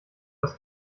das